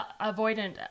avoidant